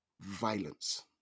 violence